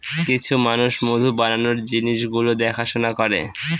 কিছু মানুষ মধু বানানোর জিনিস গুলো দেখাশোনা করে